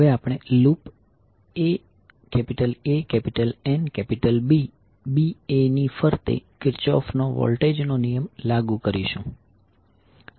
હવે આપણે loop aANBba ની ફરતે કિર્ચોફનો વોલ્ટેજ નો નિયમ લાગુ કરીશું